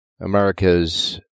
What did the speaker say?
America's